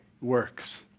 works